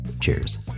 Cheers